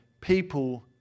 People